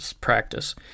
practice